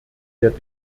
der